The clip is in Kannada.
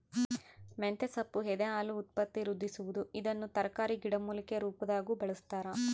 ಮಂತೆಸೊಪ್ಪು ಎದೆಹಾಲು ಉತ್ಪತ್ತಿವೃದ್ಧಿಸುವದು ಇದನ್ನು ತರಕಾರಿ ಗಿಡಮೂಲಿಕೆ ರುಪಾದಾಗೂ ಬಳಸ್ತಾರ